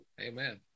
Amen